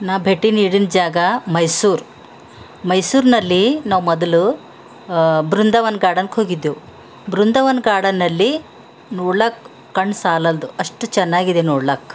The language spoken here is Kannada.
ನಾ ಭೇಟಿ ನೀಡಿದ ಜಾಗ ಮೈಸೂರು ಮೈಸೂರಿನಲ್ಲಿ ನಾವು ಮೊದಲು ಬೃಂದಾವನ ಗಾರ್ಡನ್ಗೆ ಹೋಗಿದ್ದೆವು ಬೃಂದಾವನ ಗಾರ್ಡನಲ್ಲಿ ನೋಡ್ಲಾಕ ಕಣ್ಣು ಸಾಲಲ್ದು ಅಷ್ಟು ಚೆನ್ನಾಗಿದೆ ನೋಡ್ಲಾಕ